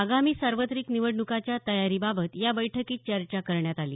आगामी सार्वत्रिक निवडण्काच्या तयारीबाबत या बैठकीत चर्चा करण्यात आली